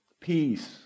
Peace